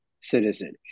citizen